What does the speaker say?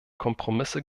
kompromisse